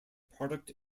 product